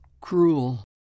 cruel